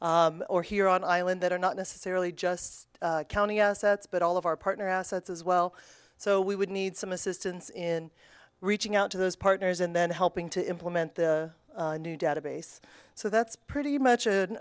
or here on island that are not necessarily just county assets but all of our partner assets as well so we would need some assistance in reaching out to those partners and then helping to implement the new database so that's pretty much a